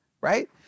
right